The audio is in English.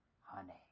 Honey